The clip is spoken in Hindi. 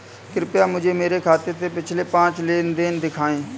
कृपया मुझे मेरे खाते से पिछले पाँच लेन देन दिखाएं